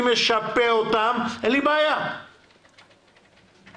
אני פשוט רוצה להבין מה תהיה קבוצת הייחוס,